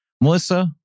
Melissa